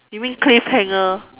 you mean cliff hanger